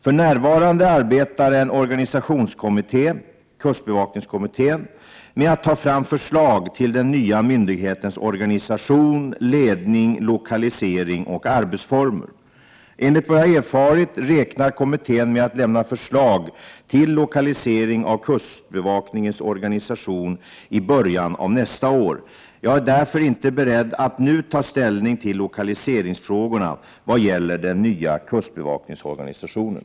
För närvarande arbetar en organisationskommitté, kustbevakningskommittén, med att ta fram förslag till den nya myndighetens organisation, ledning, lokalisering och arbetsformer. Enligt vad jag har erfarit räknar kommittén med att lämna förslag till lokalisering av kustbevakningens organisation i början av nästa år. Jag är därför inte beredd att nu ta ställning till lokaliseringsfrågorna vad gäller den nya kustbevakningsorganisationen.